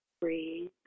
breathe